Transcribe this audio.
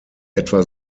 etwa